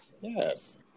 Yes